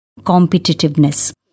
competitiveness